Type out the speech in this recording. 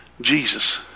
Jesus